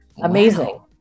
amazing